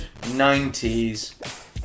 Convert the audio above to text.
90s